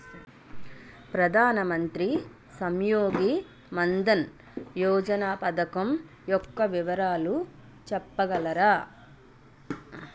ప్రధాన మంత్రి శ్రమ్ యోగి మన్ధన్ యోజన పథకం యెక్క వివరాలు చెప్పగలరా?